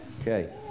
Okay